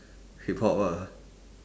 hip-hop ah